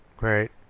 right